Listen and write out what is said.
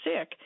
sick